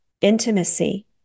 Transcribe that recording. intimacy